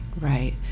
Right